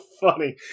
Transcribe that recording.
funny